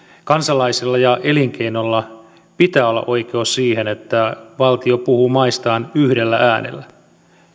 elinkeinolla pitää olla oikeus siihen että valtio puhuu maistaan yhdellä äänellä